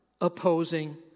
opposing